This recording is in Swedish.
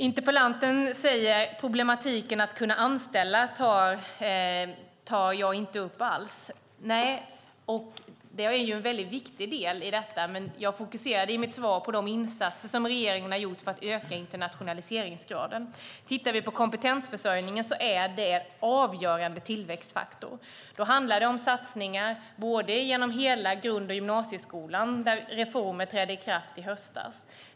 Interpellanten säger att jag inte alls tar upp problemen med att kunna anställa. Nej, och det är en väldigt viktig del i detta, men jag fokuserade i mitt svar på de insatser som regeringen har gjort för att öka internationaliseringsgraden. Kompetensförsörjningen är en avgörande tillväxtfaktor. Det handlar om satsningar genom hela grund och gymnasieskolan där reformer trädde i kraft i höstas.